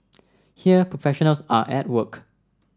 here professionals are at work